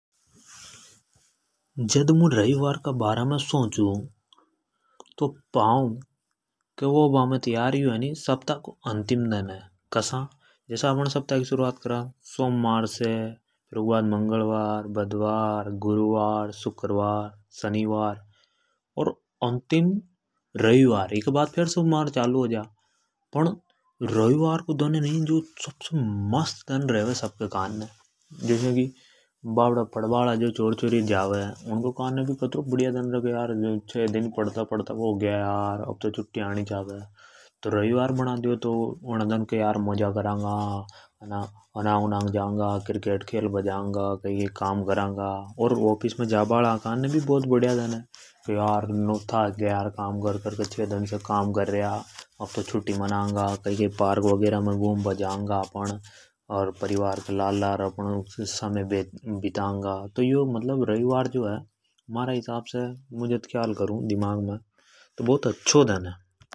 जद मुं रविवार का बारा में सोचु तो पांव। की होबा में तो यो सप्ताह को अंतिम दन है। जब अप ण सप्ताह की शुरुआत करा सोमवार से तो सोमवार, मंगलवार, बुधवार, गुरुवार, शुक्रवार, शनिवार अर अंतिम रविवार। फेर सोमवार चालू हो जा फण रविवार को दन रेवे नि जो सबसे मस्त दन रेवे। जसा की पढ़ भा हाला छोर छोरि रे वे सोचे की कतरा दन हो ग्या पढ़ता पढ़ता हो ग्या अब तो छुट्टी आणि छावे। तो रविवार बना दयो। की मजा करंगा क्रिकेट खेलबा जाऊंगा। कई कई काम करूंगा। अर ऑफिस में जाबा हाला कानने भी बहुत बढ़िया दन है के काम से नव था क ग्या अब तो छूटटी मानंगा कई कई पार्क मे जानगा। अपन अर परिवार के लार लार समय बितान्गा। तो यो मतलब रविवार जो है हमारा हिसाब से मुं जद ख्याल करूं दिमाग में तो बहुत अच्छा दन है।